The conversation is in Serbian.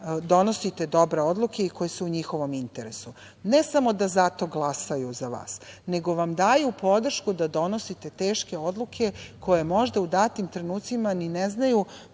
donosite dobre odluke i koje su u njihovom interesu, ne samo da zato glasaju za vas, nego vam daju podršku da donosite teške odluke koje možda u datim trenucima ni ne znaju